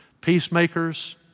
peacemakers